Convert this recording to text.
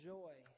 joy